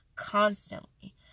constantly